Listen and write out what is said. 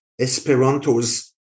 Esperantos